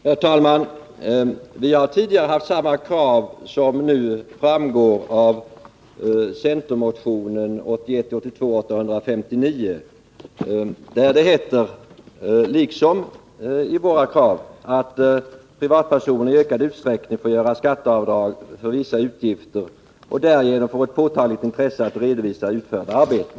Herr talman! Vi har tidigare fört fram samma krav som nu föreligger i centermotionen 1981/82:861. Vi har i vårt särskilda yttrande redovisat vad motionärerna anfört, nämligen att skattekontrollen kan förbättras ”genom att privatpersoner i ökad utsträckning medges avdrag vid beskattningen för vissa utgifter och därigenom får ett direkt intresse av att redovisa” utförda arbeten.